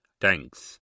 Thanks